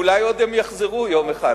אולי הם עוד יחזרו יום אחד.